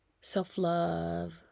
self-love